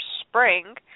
spring